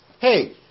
Hey